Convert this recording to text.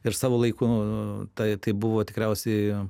ir savo laiku tai tai buvo tikriausiai